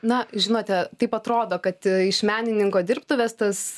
na žinote taip atrodo kad iš menininko dirbtuvės tas